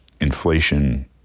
inflation